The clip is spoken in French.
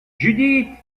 judith